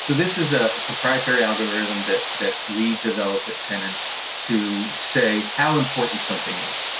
so this is a proprietary algorithm that that we developed at tenon to say how important something is.